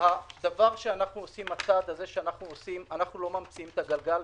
במה שאנחנו עושים עכשיו אנחנו לא ממציאים את הגלגל,